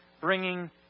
bringing